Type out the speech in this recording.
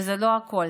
וזה לא הכול.